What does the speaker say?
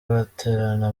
baterana